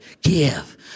give